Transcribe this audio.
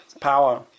power